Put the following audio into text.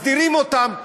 מסדירים אותם,